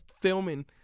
filming